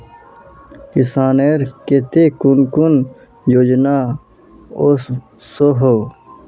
किसानेर केते कुन कुन योजना ओसोहो?